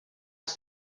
els